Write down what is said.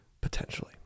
potentially